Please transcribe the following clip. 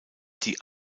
die